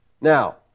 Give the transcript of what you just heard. Now